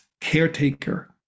caretaker